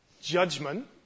judgment